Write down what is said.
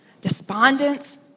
despondence